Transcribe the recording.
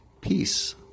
peace